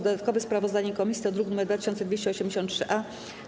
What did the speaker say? Dodatkowe sprawozdanie komisji to druk nr 2283-A.